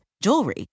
jewelry